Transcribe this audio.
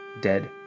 dead